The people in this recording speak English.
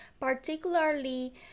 particularly